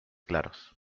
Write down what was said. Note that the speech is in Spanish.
claros